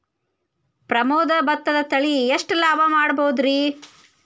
ಪ್ರಮೋದ ಭತ್ತದ ತಳಿ ಎಷ್ಟ ಲಾಭಾ ಮಾಡಬಹುದ್ರಿ?